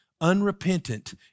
unrepentant